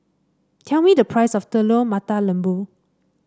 tell me the price of Telur Mata Lembu